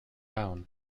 down